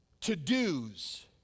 to-dos